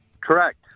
Correct